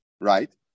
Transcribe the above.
right